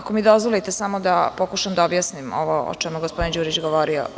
Ako mi dozvolite, samo da pokušam da objasnim ovo o čemu je gospodin Đurić govorio.